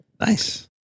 Nice